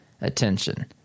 attention